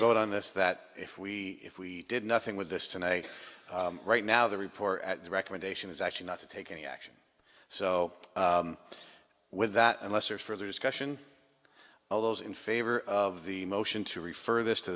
vote on this that if we if we did nothing with this tonight right now the report at the recommendation is actually not to take any action so with that unless or further discussion of those in favor of the motion to refer this to